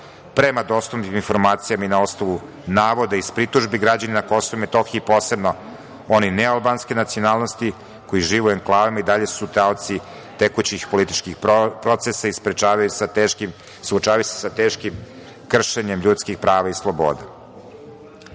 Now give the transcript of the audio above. Prema dostupnim informacijama i na osnovu navoda iz pritužbi građana na Kosovu i Metohiji, posebno oni nealbanske nacionalnosti, koji žive u enklavama, i dalje su taoci tekućih političkih procesa i suočavaju se sa teškim kršenjem ljudskih prava i sloboda. Ne